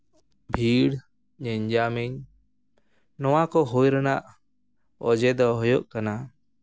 ᱵᱷᱤᱲ ᱜᱮᱧᱡᱟᱢᱤᱱ ᱱᱚᱣᱟ ᱠᱚ ᱦᱩᱭ ᱨᱮᱱᱟᱜ ᱚᱡᱮ ᱫᱚ ᱦᱩᱭᱩᱜ ᱠᱟᱱᱟ